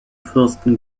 fürsten